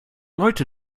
leute